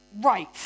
right